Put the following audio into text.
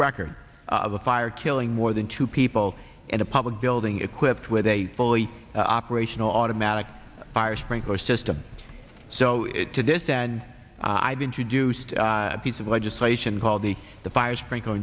record of a fire killing more than two people in a public building equipped with a fully operational automatic fire sprinkler system so to this and i've introduced a piece of legislation called the the fire sprinkle